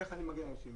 איך אני מגיע לאנשים.